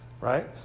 right